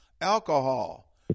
alcohol